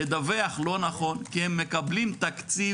לדווח לא נכון כי הם מקבלים תקציב...